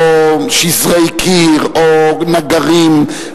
או שזרי קיר או נגרים,